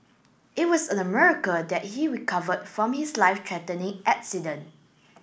it was a miracle that he recovered from his life threatening accident